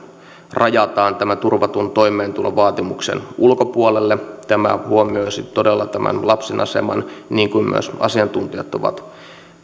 rajataan tämän turvatun toimeentulovaatimuksen ulkopuolelle tämä huomioisi todella tämän lapsen aseman niin kuin myös asiantuntijat ovat